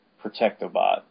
Protectobot